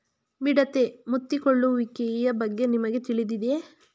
ಮಿಡತೆ ಮುತ್ತಿಕೊಳ್ಳುವಿಕೆಯ ಬಗ್ಗೆ ನಿಮಗೆ ತಿಳಿದಿದೆಯೇ?